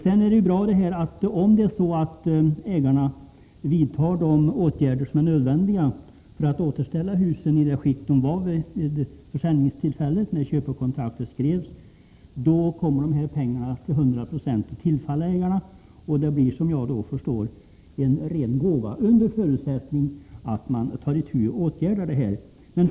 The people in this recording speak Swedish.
Sedan är det bra, att om ägarna vidtar de nödvändiga åtgärderna för att återställa husen i det skick de befann sig i vid försäljningstillfället då köpekontraktet skrevs, kommer pengarna att till hundra procent tillfalla ägarna. Såvitt jag förstår blir det då fråga om en ren gåva, under förutsättning att det vidtas åtgärder.